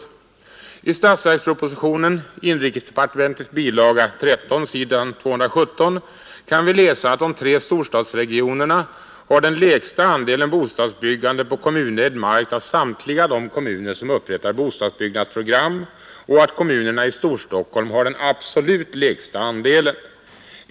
I bilaga 13 till statsverkspropositionen — som gäller inrikesdepartementet — på s. 217 kan vi läsa att de tre storstadsregionerna har den lägsta andelen bostadsbyggande på kommunägd mark av samtliga de kommuner som upprättar bostadsbyggnadsprogram och att kommunerna i Storstockholm har den absolut lägsta andelen.